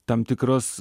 tam tikras